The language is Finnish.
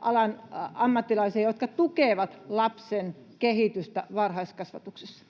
alan ammattilaisia, jotka tukevat lapsen kehitystä varhaiskasvatuksessa.